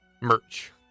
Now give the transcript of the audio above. Merch